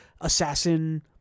assassin